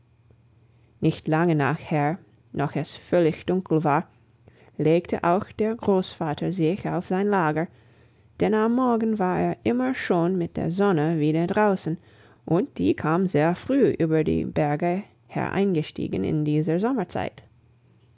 nicht lange nachher noch eh es völlig dunkel war legte auch der großvater sich auf sein lager denn am morgen war er immer schon mit der sonne wieder draußen und die kam sehr früh über die berge hereingestiegen in dieser sommerszeit